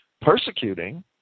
persecuting